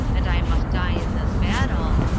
and i must die in this battle,